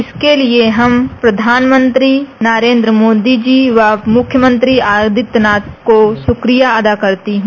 इसके लिए हम प्रधानमंत्री नरेंद्र मोदी व मुख्यमंत्री योगी आदित्यनाथ को शुक्रिया अदा करती हू